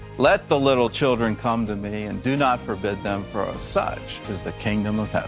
let the little children come to me, and do not forbid them for of such is the kingdom of heaven.